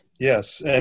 Yes